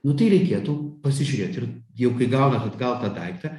nu tai reikėtų pasižiūrėt ir jau kai gaunat atgal tą daiktą